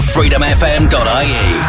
FreedomFM.ie